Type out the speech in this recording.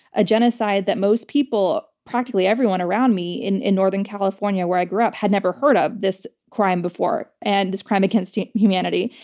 a genocide that most people, practically everyone around me in in northern california where i grew up had never heard of this crime before, and this crime against humanity.